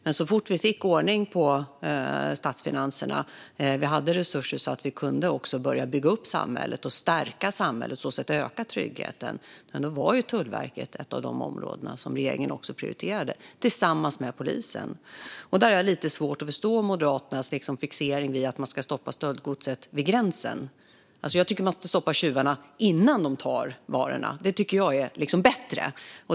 Men så fort vi fick ordning på statsfinanserna och hade resurser att börja bygga upp och stärka samhället och på så sätt öka tryggheten var Tullverket tillsammans med polisen ett prioriterat område för regeringen. Jag har lite svårt att förstå Moderaternas fixering vid att stoppa stöldgodset vid gränsen, för det är väl bättre att stoppa tjuvarna innan de tar varorna.